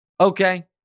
Okay